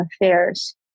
Affairs